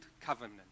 covenant